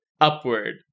upward